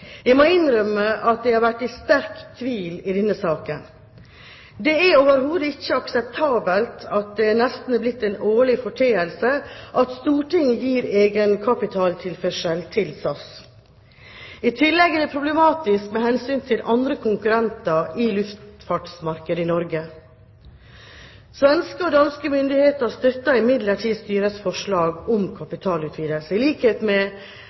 Jeg må innrømme at jeg har vært i sterk tvil i denne saken. Det er overhodet ikke akseptabelt at det nesten er blitt en årlig foreteelse at Stortinget gir egenkapitaltilførsel til SAS. I tillegg er det problematisk med hensyn til andre konkurrenter i luftfartsmarkedet i Norge. Svenske og danske myndigheter støtter imidlertid styrets forslag om kapitalutvidelse, i likhet med